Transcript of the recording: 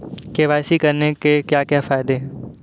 KYC करने के क्या क्या फायदे हैं?